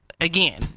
Again